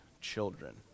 Children